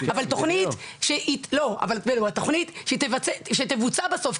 אבל תוכנית שתבוצע בסוף,